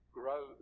grow